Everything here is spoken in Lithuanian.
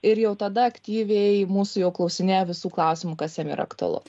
ir jau tada aktyviai mūsų jau klausinėja visų klausimų kas jiem yra aktualu